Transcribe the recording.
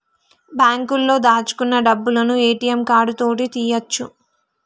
బాంకులో దాచుకున్న డబ్బులను ఏ.టి.యం కార్డు తోటి తీయ్యొచు